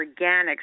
organics